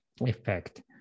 effect